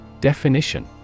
Definition